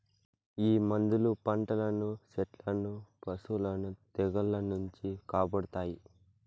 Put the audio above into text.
ఈ మందులు పంటలను సెట్లను పశులను తెగుళ్ల నుంచి కాపాడతాయి